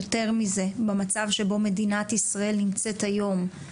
יותר מזה, במצב שבו מדינת ישראל נמצאת היום,